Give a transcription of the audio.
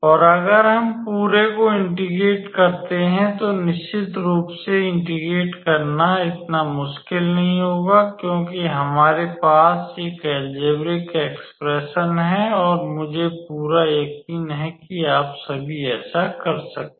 और अगर हम पूरे को इंटेग्रेट करते हैं तो निश्चित रूप से इंटेग्रेट करना इतना मुश्किल नहीं होगा क्योंकि हमारे पास एक एलजेबरीक एक्सप्रेशन है और मुझे पूरा यकीन है कि आप सभी ऐसा कर सकते हैं